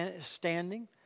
standing